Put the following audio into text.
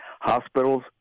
hospitals